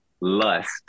lust